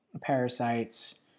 parasites